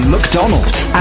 McDonald's